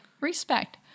respect